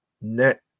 net